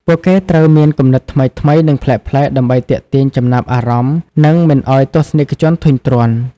ពួកគេត្រូវមានគំនិតថ្មីៗ និងប្លែកៗដើម្បីទាក់ទាញចំណាប់អារម្មណ៍ និងមិនឱ្យទស្សនិកជនធុញទ្រាន់។